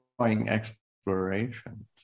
exploration